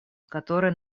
которое